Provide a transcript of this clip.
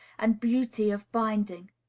and beauty of binding.